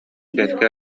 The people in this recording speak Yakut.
бэркэ